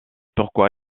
pourquoi